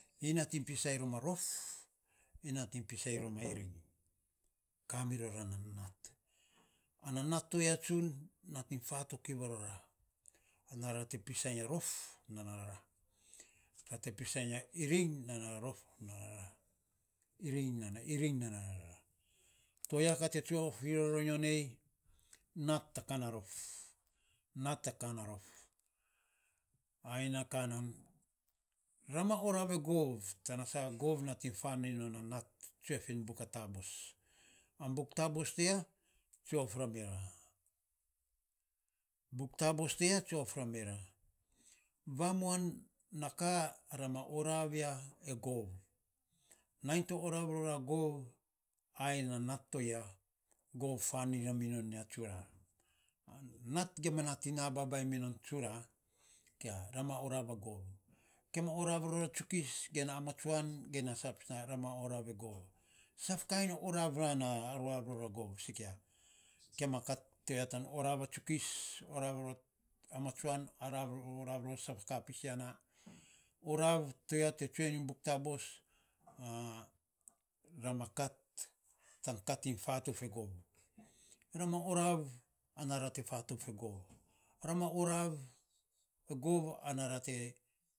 Nyi nating pisainy rom a rof, ny nating pisainy rom a iring ka mirora na nat, onot to ya tsun nating fatok iny rarora, ana ra te pisainy a rof, ra te pisainy a iring na na rof, nana iring nana na to ya, ka te tsue of fi ro nyo nei nat a ka na rof nat a ka na rof, ai na ka nan ra ma oraav e gov. Gov nating faniny non a nat, twue fin buka taabos, buk taabos to ya, tsue of ramira ya. Famuan a kara ma oraav ya e gov. Nainy te oraav roar gov, ai na nat to aya fan iny minon nia tsura, nat gima nat na babainy minon tsura, a ka ra ma oraav e gov, gim ma oraav rom a tsukis, ge na atsuan ge na sa pis na ra ma oraav saf kain to ya ror e gov, sikia gima kat toya tan oraav a tsukis, oraav ror a amatsuan oraav saf kat pis ya na, oraav to ya te tsue iny buk taabos, ra ma kat tan iny iatouf e gov, ra ma oraav ana ra te fatouf e gov, ra ma oraav e gov